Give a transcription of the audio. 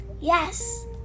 Yes